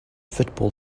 football